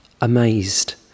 Amazed